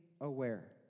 aware